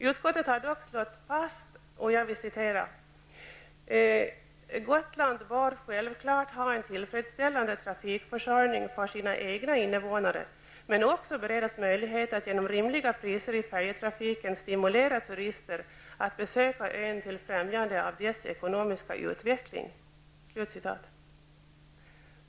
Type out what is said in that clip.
Utskottet har dock slagit fast följande: ''Gotland bör självklart ha en tillfredsställande trafikförsörjning för sina egna innevånare men också beredas möjlighet att genom rimliga priser i färjetrafiken stimulera turister att besöka ön till främjande av dess ekonomiska utveckling.''